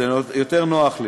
זה יותר נוח לי.